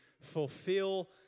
fulfill